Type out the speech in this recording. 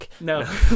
no